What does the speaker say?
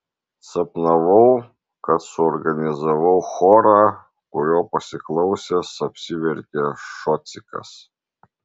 sapnavau kad suorganizavau chorą kurio pasiklausęs apsiverkė šocikas